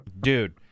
Dude